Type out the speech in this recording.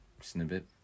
snippet